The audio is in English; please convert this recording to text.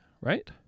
right